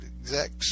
exact